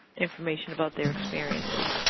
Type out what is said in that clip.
information about their experiences.